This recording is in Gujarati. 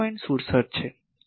67 છે